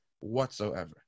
whatsoever